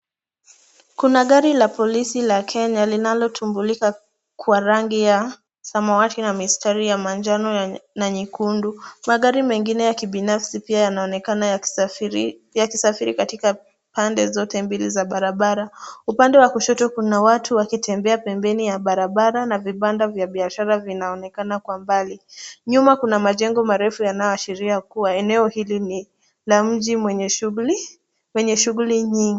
Kuna gari la polisi la Kenya linalotambulika kwa rangi ya samawati na mistari ya manjano na nyekundu. Magari mengine ya kibinafsi pia yanaonekana yakisafiri katika pande zote mbili za barabara. Upande wa kushoto kuna watu wakitembea pembeni ya barabara na vibanda vya biashara vinaonekana kwa mbali. Nyuma kuna majengo marefu yanayoashiria kuwa eneo hili ni la mji wenye shughuli nyingi.